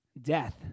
death